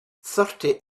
thirty